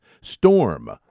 Storm